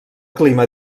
clima